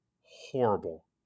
horrible